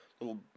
little